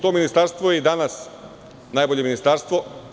To ministarstvo je i danas najbolje ministarstvo.